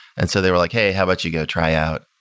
and so they were like, hey, how about you go try out?